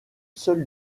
seul